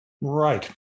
Right